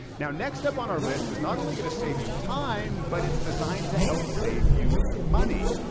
now, next up on our list is not only gonna save you time, but it's designed to help save you money.